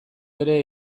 ere